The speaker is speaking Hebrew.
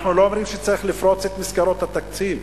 אנחנו לא אומרים שצריך לפרוץ את מסגרות התקציב,